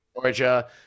Georgia